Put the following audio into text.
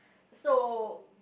so